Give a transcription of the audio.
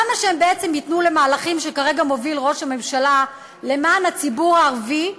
למה שהם בעצם ייתנו למהלכים שכרגע מוביל ראש הממשלה למען הציבור הערבי,